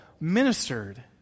ministered